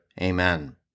Amen